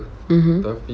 mmhmm